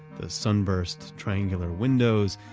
the sunburst triangular windows,